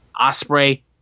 Osprey